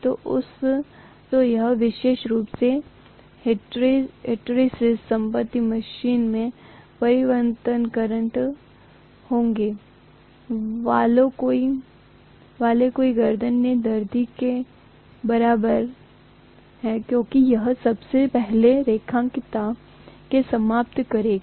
तो यह विशेष रूप से हिस्टैरिसीस संपत्ति मशीनमें परिवर्तनशील करंट में होने वाले कई गर्दन में दर्द के बराबर है क्योंकि यह सबसे पहले रैखिकता को समाप्त करेगा